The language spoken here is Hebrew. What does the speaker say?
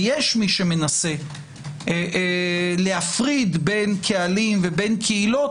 ויש מי שמנסה להפריד בין קהלים ובין קהילות